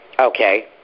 Okay